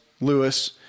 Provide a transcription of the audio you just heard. Lewis